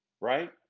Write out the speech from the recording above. right